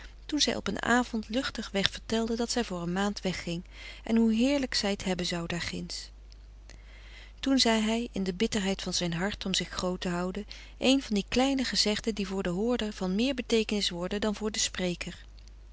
toen zij op eenen avond luchtig weg vertelde dat zij voor een maand wegging en hoe heerlijk zij het hebben zou daar ginds toen zei hij in de bitterheid van zijn hart om zich groot te houden een van die kleine gezegden die voor den hoorder van meer beteekenis worden dan voor den spreker